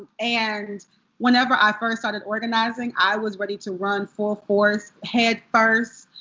and whenever i first started organizing, i was ready to run full force, head first,